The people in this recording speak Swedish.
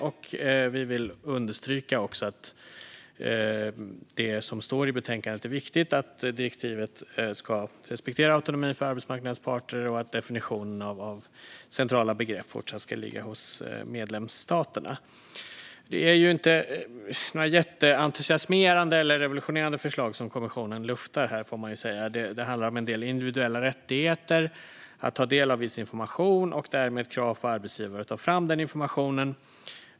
Vi vill också understryka att det som står i betänkandet är viktigt, nämligen att direktivet ska respektera autonomin för arbetsmarknadens parter och att definitionen av centrala begrepp ska fortsätta att ligga hos medlemsstaterna. Det är inte några jätteentusiasmerande eller revolutionerande förslag som kommissionen luftar, får man säga. Det handlar om en del individuella rättigheter att ta del av viss information och därmed krav på arbetsgivare att ta fram den informationen.